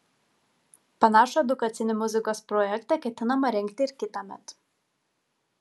panašų edukacinį muzikos projektą ketinama rengti ir kitąmet